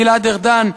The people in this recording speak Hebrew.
גלעד ארדן: